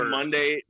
Monday